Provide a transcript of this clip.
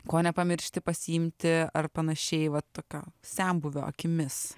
ko nepamiršti pasiimti ar panašiai vat tokio senbuvio akimis